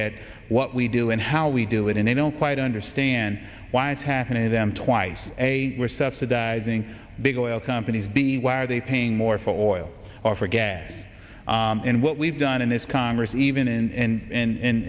at what we do and how we do it and they don't quite understand why it's happening to them twice a year subsidizing big oil companies being why are they paying more for oil or for gas and what we've done in this congress even in